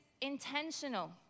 intentional